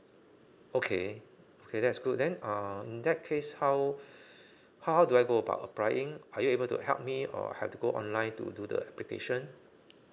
okay okay that's good then um in that case how how do I go about applying are you able to help me or have to go online to do the application